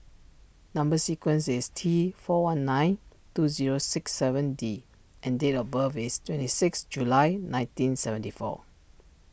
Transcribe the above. Number Sequence is T four one nine two zero six seven D and date of birth is twenty six July nineteen seventy four